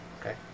Okay